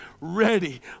ready